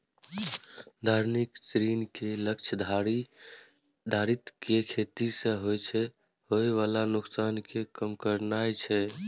धारणीय कृषि के लक्ष्य धरती कें खेती सं होय बला नुकसान कें कम करनाय छै